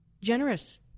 generous